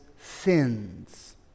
sins